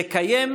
לקיים,